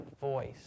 voice